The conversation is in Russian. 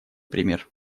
пример